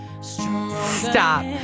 Stop